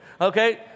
okay